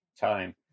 time